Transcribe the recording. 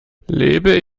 lebe